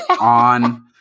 on